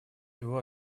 его